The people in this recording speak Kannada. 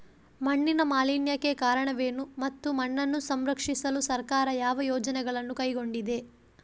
ಮಣ್ಣಿನ ಮಾಲಿನ್ಯಕ್ಕೆ ಕಾರಣವೇನು ಮತ್ತು ಮಣ್ಣನ್ನು ಸಂರಕ್ಷಿಸಲು ಸರ್ಕಾರ ಯಾವ ಯೋಜನೆಗಳನ್ನು ಕೈಗೊಂಡಿದೆ?